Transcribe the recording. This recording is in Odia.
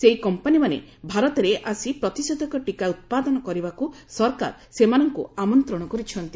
ସେହି କମ୍ପାନୀମାନେ ଭାରତରେ ଆସି ପ୍ରତିଷେଧକ ଟିକା ଉତ୍ପାଦନ କରିବାକୁ ସରକାର ସେମାନଙ୍କୁ ଆମନ୍ତ୍ରଣ କରିଛନ୍ତି